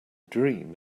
dream